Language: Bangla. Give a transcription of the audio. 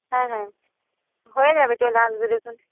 হ্যাঁ হ্যাঁ হয়ে যাবে চলে আসবে দেখুন